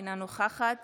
אינה נוכחת